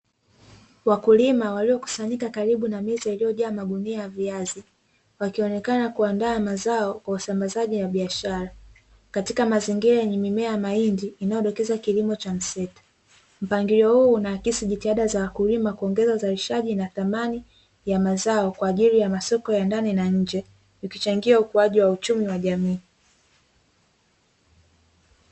Wakulima waliokusanyika karibu na meza iliyojaa magunia ya viazi, wakionekana kuandaa mazao kwa usambazaji na biashara, katika mazingira yenye mimea ya mahindi inayodokeza kilimo cha mseto. Mpangilio huu unahakisi jitihada za wakulima za kuongeza uzalishaji na thamani ya mazao kwa ajili ya masoko ya ndani na nje, ukichangia ukuaji wa uchumi wa jamii.